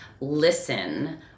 listen